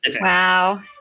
Wow